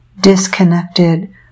disconnected